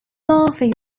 laughing